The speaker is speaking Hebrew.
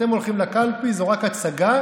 אתם הולכים לקלפי, זו רק הצגה,